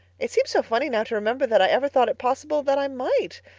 it seems so funny now to remember that i ever thought it possible that i might.